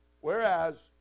whereas